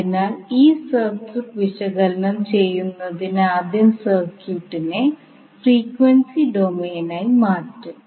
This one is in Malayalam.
അതിനാൽ ഈ സർക്യൂട്ട് വിശകലനം ചെയ്യുന്നതിന് ആദ്യം സർക്യൂട്ടിനെ ഫ്രീക്വൻസി ഡൊമെയ്നായി മാറ്റും